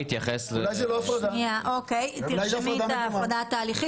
תרשמי הפרדה תהליכית.